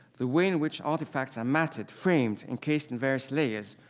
the way in which artifacts are mattered, framed, encased in various layers,